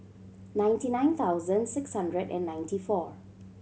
ninety nine thousand six hundred and ninety four